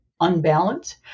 unbalanced